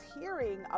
hearing